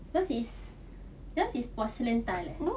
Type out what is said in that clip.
yours is yours is porcelain tile ah